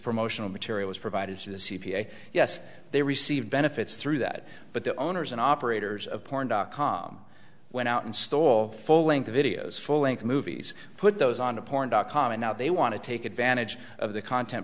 promotional materials provided to the c p a yes they receive benefits through that but the owners and operators of porn dot com went out and stole full length videos full length movies put those on to porn dot com and now they want to take advantage of the content